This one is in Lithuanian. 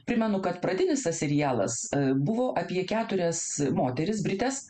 primenu kad pradinis tas serialas buvo apie keturias moteris brites